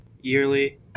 yearly